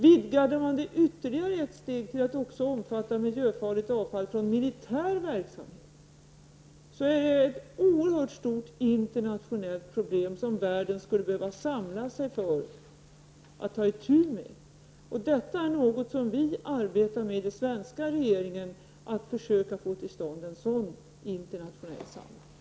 Vidgar man det ytterligare ett steg till att också omfatta miljöfarligt avfall från militär verksamhet, är detta ett oerhört stort internationellt problem som världen behöver samla sig för att ta itu med. Den svenska regeringen arbetar med att försöka få till stånd en sådan internationell samling.